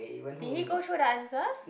did he go through the answers